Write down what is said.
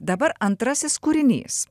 dabar antrasis kūrinys